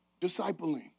discipling